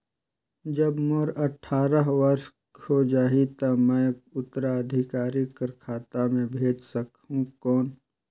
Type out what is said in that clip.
जब मोर अट्ठारह वर्ष हो जाहि ता मैं उत्तराधिकारी कर खाता मे भेज सकहुं कौन?